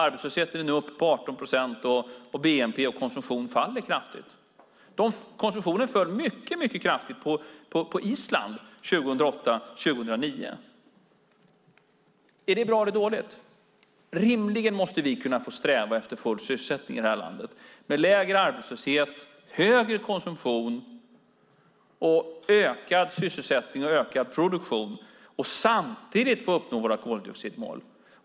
Arbetslösheten där är nu uppe på 18 procent, och bnp och konsumtionen faller kraftigt. Konsumtionen föll mycket kraftigt på Island åren 2008 och 2009. Är det bra eller dåligt? Rimligen måste vi kunna få sträva efter full sysselsättning i det här landet med en lägre arbetslöshet, en högre konsumtion samt ökad sysselsättning och ökad produktion och samtidigt få uppnå våra koldioxidmål.